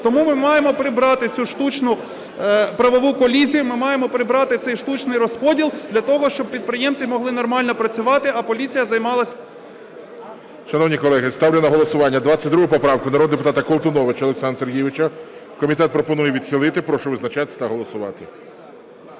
Тому ми маємо прибрати цю штучну правову колізію, ми маємо прибрати цей штучний розподіл для того, щоб підприємці могли нормально працювати, а поліція займалася… ГОЛОВУЮЧИЙ. Шановні колеги, ставлю на голосування 22 поправку народного депутата Колтуновича Олександра Сергійовича. Комітет пропонує відхилити. Прошу визначатися та голосувати.